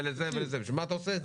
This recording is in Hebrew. בשביל מה אתה עושה את זה?